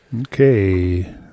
Okay